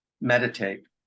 meditate